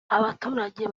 abaturage